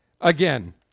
Again